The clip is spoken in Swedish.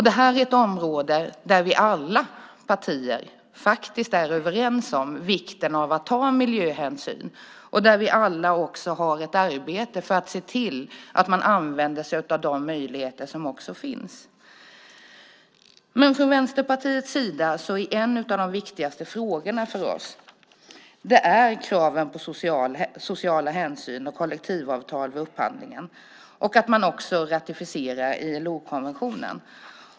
Detta är ett område där alla partier är överens om vikten av att ta miljöhänsyn. Vi har också alla ett arbete för att se till att man använder sig av de möjligheter som finns. För Vänsterpartiet är en av de viktigaste frågorna kraven på sociala hänsyn och kollektivavtal vid upphandlingen och att man också ratificerar ILO-konventionen.